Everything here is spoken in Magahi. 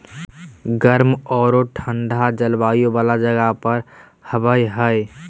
गर्म औरो ठन्डे जलवायु वाला जगह पर हबैय हइ